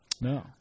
No